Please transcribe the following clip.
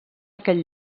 aquell